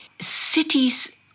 cities